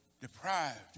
deprived